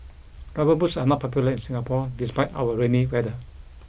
rubber boots are not popular in Singapore despite our rainy weather